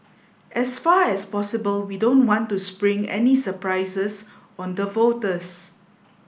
as far as possible we don't want to spring any surprises on the voters